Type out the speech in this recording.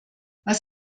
was